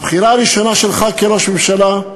הבחירה הראשונה שלך כראש ממשלה,